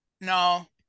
No